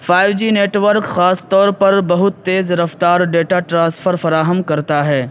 five G network خاص طور پر بہت تیز رفتار ڈیٹا ٹرانسفر فراہم کرتا ہے